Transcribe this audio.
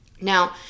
Now